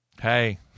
Hey